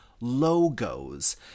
logos